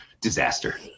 disaster